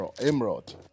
Emerald